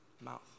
mouth